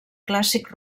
clàssic